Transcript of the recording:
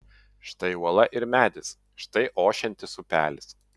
štai uola ir medis štai ošiantis upelis